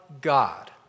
God